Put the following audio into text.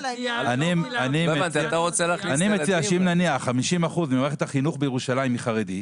מציע שאם נניח 50% ממערכת החינוך בירושלים היא חרדית,